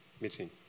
meeting